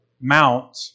mount